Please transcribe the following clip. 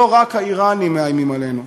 לא רק האיראנים מאיימים עלינו,